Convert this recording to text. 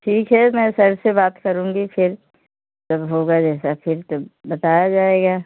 ठीक है मैं सर से बात करूँगी फिर जो होगा जैसे फिर तब बताया जाएगा